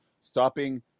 stopping